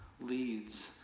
leads